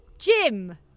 Jim